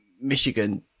Michigan